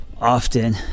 often